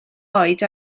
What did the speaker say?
oed